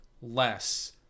less